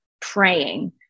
praying